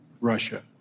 Russia